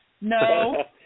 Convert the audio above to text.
No